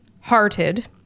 hearted